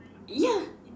ya